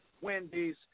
Wendy's